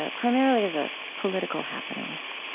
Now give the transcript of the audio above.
ah primarily as ah political happenings.